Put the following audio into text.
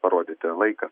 parodyti laikas